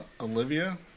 Olivia